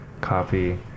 coffee